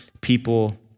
people